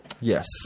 Yes